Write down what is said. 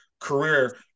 Career